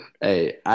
Hey